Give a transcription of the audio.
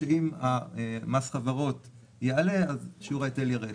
שאם מס החברות יעלה אז שיעור ההיטל ירד.